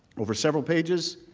over several pages,